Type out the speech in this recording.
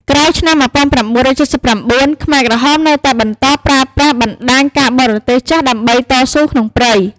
ក្រោយឆ្នាំ១៩៧៩ ខ្មែរក្រហមនៅតែបន្តប្រើប្រាស់បណ្ដាញការបរទេសចាស់ដើម្បីតស៊ូក្នុងព្រៃ។